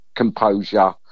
Composure